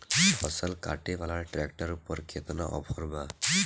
फसल काटे वाला ट्रैक्टर पर केतना ऑफर बा?